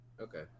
Okay